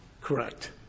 Correct